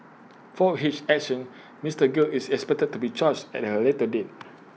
for his actions Mister gill is expected to be charged at A later date